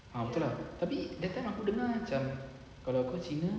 ah betul lah tapi that time aku dengar macam kalau kau cina